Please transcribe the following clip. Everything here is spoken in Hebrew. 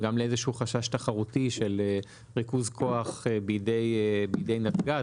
גם לאיזה שהוא חשש תחרותי של ריכוז כוח בידי נתג"ז,